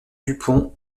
dupont